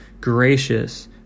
gracious